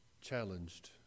challenged